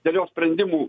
dėl jos sprendimų